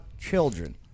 children